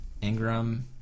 Ingram